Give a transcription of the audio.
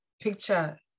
picture